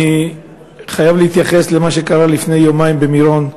אני חייב להתייחס למה שקרה לפני יומיים במירון,